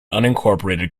unincorporated